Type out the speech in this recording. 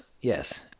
yes